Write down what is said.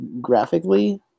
graphically